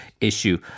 issue